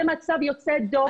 זה מצב יוצא דופן.